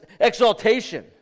exaltation